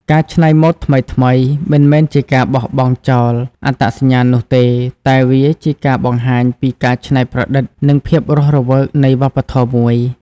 ការច្នៃម៉ូដថ្មីៗ មិនមែនជាការបោះបង់ចោលអត្តសញ្ញាណនោះទេ តែវាជាការបង្ហាញពីការច្នៃប្រឌិតនិងភាពរស់រវើកនៃវប្បធម៌មួយ។